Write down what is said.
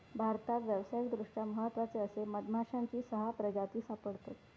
भारतात व्यावसायिकदृष्ट्या महत्त्वाचे असे मधमाश्यांची सहा प्रजाती सापडतत